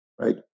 right